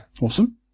Awesome